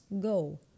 go